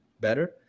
better